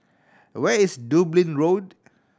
where is Dublin Road